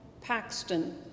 Paxton